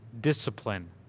discipline